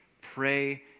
pray